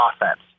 offense